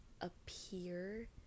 appear